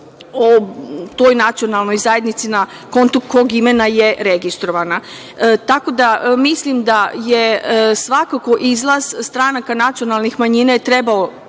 o toj nacionalnoj zajednici, na konto kog imena je registrovana. Tako da, mislim da je svakako izlaz stranaka nacionalnih manjina je trebalo